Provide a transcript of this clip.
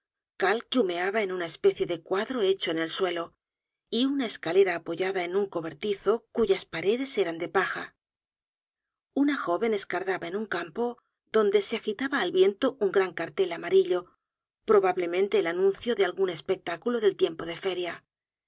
cal que humeaba en una especie de cuadro hecho en el suelo y una escalera apoyada en un cobertizo cuyas paredes eran de paja una jóven escardaba en un campo donde se agitaba al viento un gran cartel amarillo probable mente el anuncio de algun espectáculo del tiempo de feria